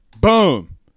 boom